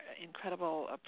incredible